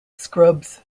scrubs